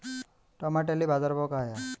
टमाट्याले बाजारभाव काय हाय?